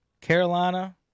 Carolina